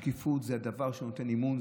השקיפות זה הדבר שנותן אמון,